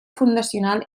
fundacional